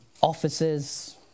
offices